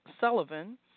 Sullivan